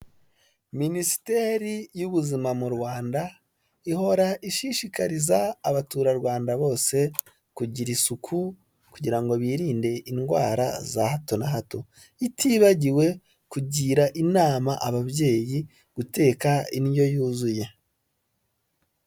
Minisiteri y'ubuzima mu Rwanda ihora ishishikariza abaturarwanda bose kugira isuku, kugira ngo birinde indwara za hato na hato itibagiwe kugira inama ababyeyi guteka indyo yuzuye.